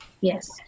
Yes